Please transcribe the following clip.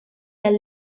las